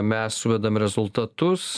mes suvedam rezultatus